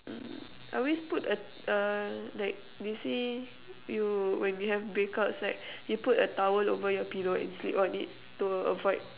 mm I always put a uh like they say you when you have breakouts right you put a towel over your pillow and sleep on it to avoid